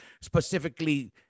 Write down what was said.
specifically